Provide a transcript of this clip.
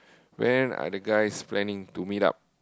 when are the guys planning to meet up